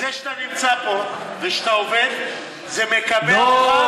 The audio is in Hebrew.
כי זה שאתה נמצא פה ושאתה עובד זה מקבע אותך,